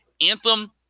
Anthem